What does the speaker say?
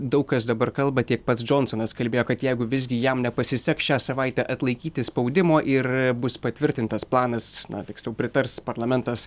daug kas dabar kalba tiek pats džonsonas kalbėjo kad jeigu visgi jam nepasiseks šią savaitę atlaikyti spaudimo ir bus patvirtintas planas na tiksliau pritars parlamentas